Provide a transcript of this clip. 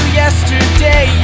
yesterday